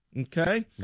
Okay